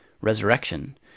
resurrection